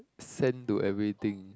send to everything